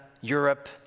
Europe